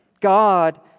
God